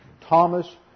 Thomas